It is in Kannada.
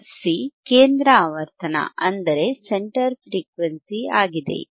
fc ಕೇಂದ್ರ ಆವರ್ತನ ಅಂದರೆ ಸೆಂಟರ್ ಫ್ರೀಕ್ವೆನ್ಸಿ ಆಗಿದೆ